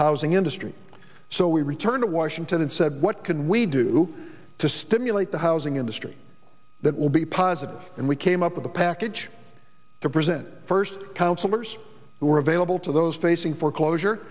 housing industry so we returned to washington and said what can we do to stimulate the housing industry that will be positive and we came up with a package to present first counselors who are available to those facing foreclosure